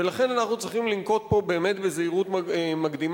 ולכן אנחנו צריכים לנקוט בו באמת זהירות מקדימה,